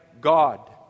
God